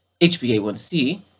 HbA1c